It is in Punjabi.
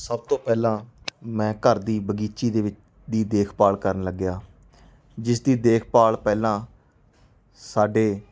ਸਭ ਤੋਂ ਪਹਿਲਾਂ ਮੈਂ ਘਰ ਦੀ ਬਗੀਚੀ ਦੇ ਵਿੱਚ ਦੀ ਦੇਖਭਾਲ ਕਰਨ ਲੱਗਿਆ ਜਿਸ ਦੀ ਦੇਖਭਾਲ ਪਹਿਲਾਂ ਸਾਡੇ